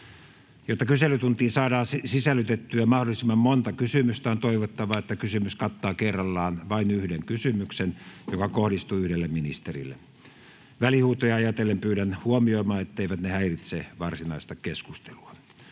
Jotta kyselytuntiin saadaan sisällytettyä mahdollisimman monta kysymystä, on toivottavaa, että kysymys kattaa kerrallaan vain yhden kysymyksen, joka kohdistuu yhdelle ministerille. Välihuutoja ajatellen pyydän huomioimaan, etteivät ne häiritse varsinaista keskustelua.